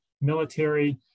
military